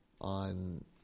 on